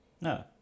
No